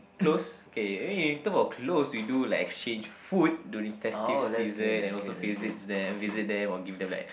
close okay anyway when we talk about close we do like exchange food during festive season and also visits them visit them or give them like